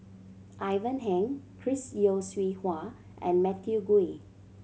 Ivan Heng Chris Yeo Siew Hua and Matthew Ngui